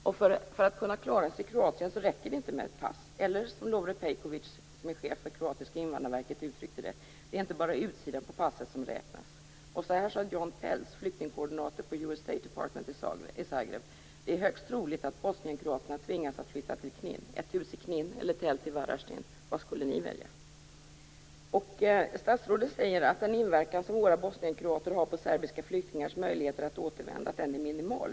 För att de skall kunna klara sig i Kroatien räcker det inte med ett pass, eller som Lovre Pejkovic, chef för det kroatiska invandrarverket, uttryckte det: Det är inte bara utsidan på passen som räknas. John Pelze, flyktingkoordinator på US State Department i Zagreb sade så här: Det är högst troligt att bosnienkroaterna tvingas att flytta till ett hus i Knin eller till tält Varazdin. Vad skulle ni välja? Statsrådet sade att den inverkan våra bosnienkroaters inverkan på serbiska flyktingars möjligheter att återvända är minimal.